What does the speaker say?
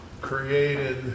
created